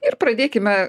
ir pradėkime